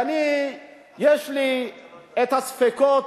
ואני, יש לי את הספקות,